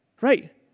Right